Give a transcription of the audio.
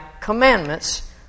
commandments